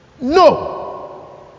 no